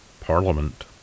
Parliament